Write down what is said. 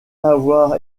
avoir